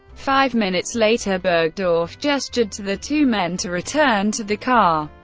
five minutes later burgdorf gestured to the two men to return to the car,